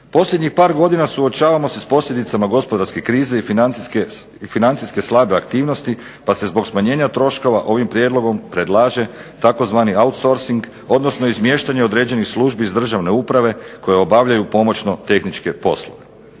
Posljednjih par godina suočavamo se s posljedicama gospodarske krize i financijske slabe aktivnosti pa se zbog smanjenja troškova ovim prijedlogom predlaže tzv. outsourcing, odnosno izmještanje određenih službi iz državne uprave koje obavljaju pomoćno-tehničke poslove.